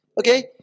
okay